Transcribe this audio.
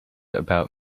about